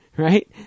Right